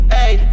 Hey